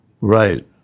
Right